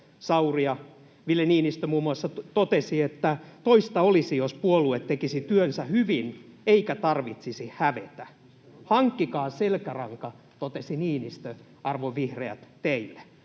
Sauria. Ville Niinistö muun muassa totesi: ”Toista olisi, jos puolue tekisi työnsä hyvin eikä tarvitsisi hävetä.” ”Hankkikaa selkäranka”, totesi Niinistö, arvon vihreät, teille.